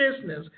business